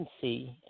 see